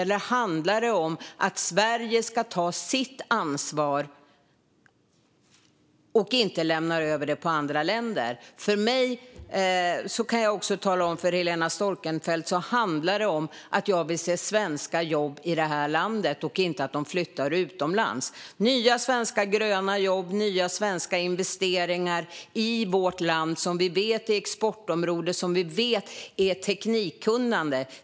Eller handlar det om att Sverige ska ta sitt ansvar och inte lämna över detta på andra länder? Jag kan tala om för Helena Storckenfeldt att för mig handlar det om att jag vill se svenska jobb i det här landet och inte att de flyttar utomlands. Det handlar om nya gröna svenska jobb och nya svenska investeringar i vårt land som vi vet är exportberoende och har teknikkunnande.